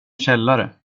källare